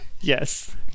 Yes